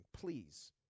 please